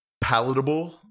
palatable